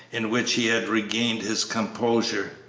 in which he had regained his composure.